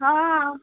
हॅं